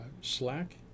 Slack